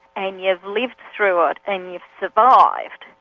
and you've lived through it and you've survived,